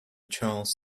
charles